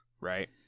Right